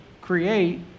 create